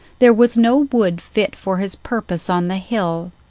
there was no wood fit for his purpose on the hill.